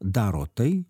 daro tai